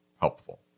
helpful